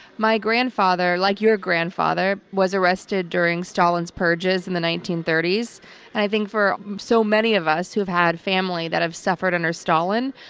my grandfather, like your grandfather, was arrested during stalin's purges in the nineteen thirty s, and i think for so many of us who've had family that have suffered under stalin,